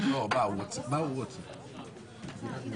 הוראת שעה)